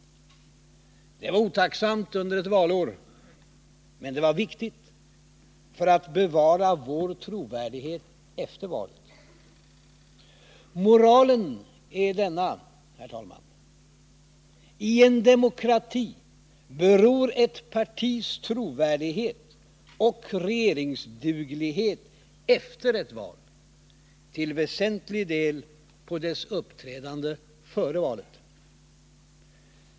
Det var otacksamt under ett valår. Men det var viktigt för att bevara vår trovärdighet efter valet. Moralen är denna: I en demokrati beror ett partis trovärdighet och regeringsduglighet efter ett val till väsentlig del på dess uppträdande före valet.